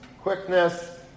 quickness